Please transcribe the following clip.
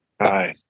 Hi